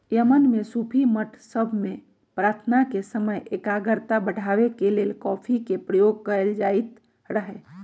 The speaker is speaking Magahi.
यमन में सूफी मठ सभ में प्रार्थना के समय एकाग्रता बढ़ाबे के लेल कॉफी के प्रयोग कएल जाइत रहै